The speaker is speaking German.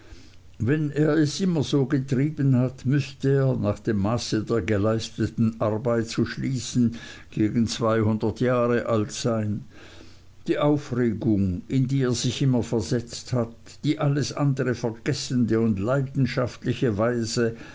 wenn er es immer so getrieben hat müßte er nach dem maße der geleisteten arbeit zu schließen gegen zweihundert jahre alt sein die aufregung in die er sich immer versetzt hat die alles andere vergessende und leidenschaftliche weise